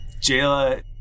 Jayla